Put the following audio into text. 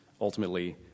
ultimately